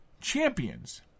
champions